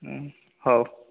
ହଉ